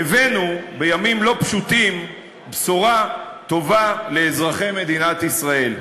הבאנו בימים לא פשוטים בשורה טובה לאזרחי מדינת ישראל.